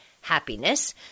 happiness